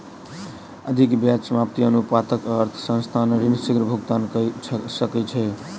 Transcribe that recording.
अधिक ब्याज व्याप्ति अनुपातक अर्थ संस्थान ऋण शीग्र भुगतान कय सकैछ